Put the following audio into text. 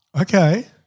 Okay